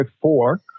four